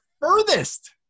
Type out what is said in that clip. furthest